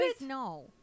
No